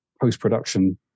post-production